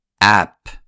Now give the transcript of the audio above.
app